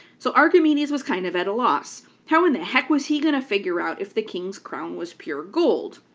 so archimedes was kind of at a loss how in the heck was he going to figure out if the king's crown was pure gold.